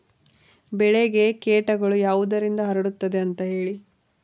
ಬೆಳೆಗೆ ಕೇಟಗಳು ಯಾವುದರಿಂದ ಹರಡುತ್ತದೆ ಅಂತಾ ಹೇಳಿ?